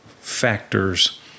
factors